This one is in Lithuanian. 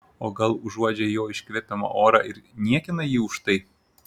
o gal uodžia jo iškvepiamą orą ir niekina jį už tai